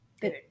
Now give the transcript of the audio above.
Good